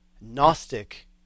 Gnostic